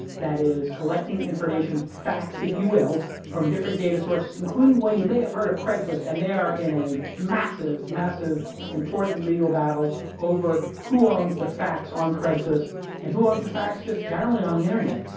that is collecting information, facts if you will, from different data sources, including one, you may have heard of, craigslist. and they are in massive, massive important legal battle over who owns the facts on craigslist and who owns the facts just generally on the internet.